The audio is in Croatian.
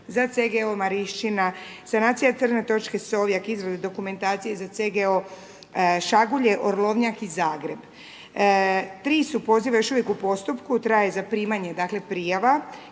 za CGO Marišćina, sanacija crne točke Sovjak, izrada dokumentacije za CGO Šagulje, Orlovnjak i Zagreb. Tri su poziva još uvijek u postupku, traje zaprimanje dakle prijava.